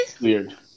Weird